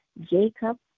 Jacob